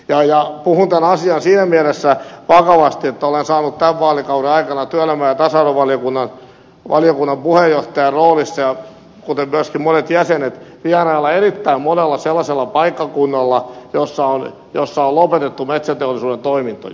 puhun tämän asian siinä mielessä vakavasti että olen saanut tämän vaalikauden aikana työelämä ja tasa arvovaliokunnan puheenjohtajan roolissa kuten ovat myöskin monet jäsenet saaneet vierailla erittäin monella sellaisella paikkakunnalla jossa on lopetettu metsäteollisuuden toimintoja